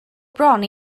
bron